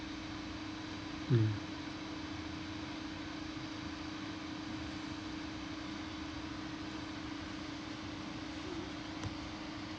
mm